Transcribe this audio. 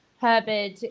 Herbert